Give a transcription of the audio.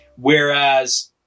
whereas